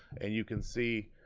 and you can see,